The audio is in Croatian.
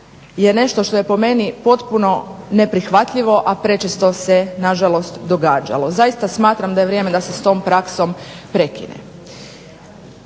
je nešto što je po meni potpuno neprihvatljivo, a prečesto se na žalost događalo. Zaista smatram da je vrijeme da se s tom praksom prekine.